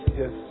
yes